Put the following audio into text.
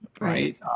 right